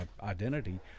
identity